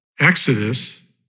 Exodus